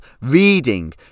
reading